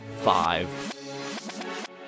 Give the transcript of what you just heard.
five